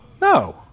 no